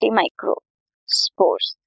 microspores